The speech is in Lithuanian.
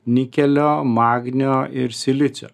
nikelio magnio ir silicio